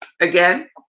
Again